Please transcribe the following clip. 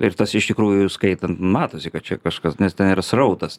ir tas iš tikrųjų skaitant matosi kad čia kažkas nes ten ir srautas tiesiog